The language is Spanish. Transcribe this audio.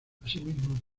asimismo